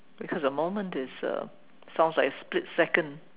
because a moment is um sounds like a split second